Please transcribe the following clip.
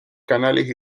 canales